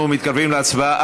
אנחנו מתקרבים להצבעה.